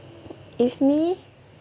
if me